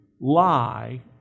lie